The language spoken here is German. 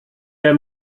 der